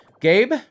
Gabe